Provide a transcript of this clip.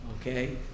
okay